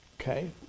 Okay